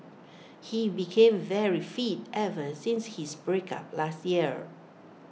he became very fit ever since his breakup last year